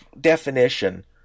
definition